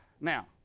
Now